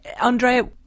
Andrea